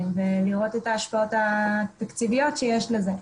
ולראות את ההשפעות התקציביות שיש לזה.